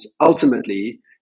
ultimately